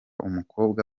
umukobwa